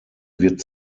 wird